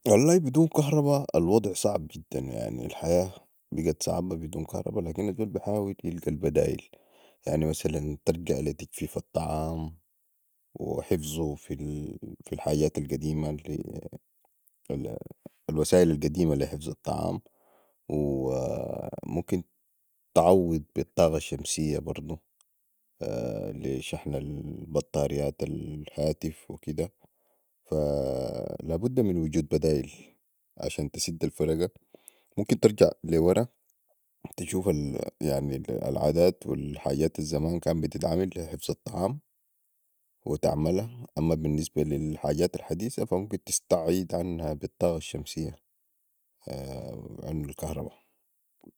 والله بدون كهرباء الوضع صعب جدا يعني الحياة بقت صعبه بدون كهرباء لكن الزول يحاول يلقي البدايل يعني مثلاً تلجا لي تجفيف الطعام وحفظو في الحجات القديمه الوسائل القديمة لي حفظ الطعام وممكن تعوض بي الطاقة الشمسية برضو لشحن بطاريات الهاتف وكده فا لابد من وجود بدايل عشان تسد الفرقة ممكن ترجع لي وراء تشوف العدات والحجات الزمان كان بتتعمل لي حفظ الطعام وتعملا اما بي النسبة لي الحجات الحديثة فممكن تسعيد عنها بي الطاقة الشمسية عن الكهرباء